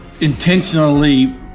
intentionally